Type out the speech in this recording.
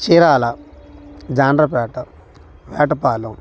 Chirala Jandrapeta Vetapalem